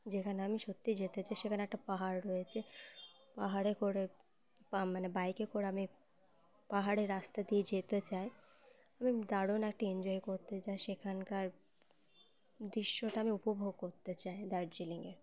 যেখানে আমি সত্যিই যেতে চাই সেখানে একটা পাহাড় রয়েছে পাহাড়ে করে মানে বাইকে করে আমি পাহাড়ের রাস্তা দিয়ে যেতে চাই আমি দারুণ একটা এনজয় করতে চাই সেখানকার দৃশ্যটা আমি উপভোগ করতে চাই দার্জিলিংয়ে